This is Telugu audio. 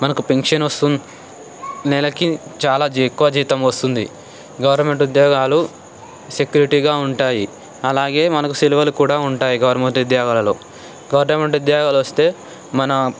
మనకు పెన్షన్ వస్తుంది నెలకి చాలా ఎక్కువ జీతం వస్తుంది గవర్నమెంట్ ఉద్యోగాలు సెక్యూరిటీగా ఉంటాయి అలాగే మనకు సెలవులు కూడా ఉంటాయి గవర్నమెంటు ఉద్యోగాలలో గవర్నమెంట్ ఉద్యోగాలు వస్తే మన